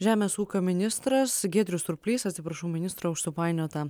žemės ūkio ministras giedrius surplys atsiprašau ministro už supainiotą